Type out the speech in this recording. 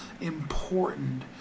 important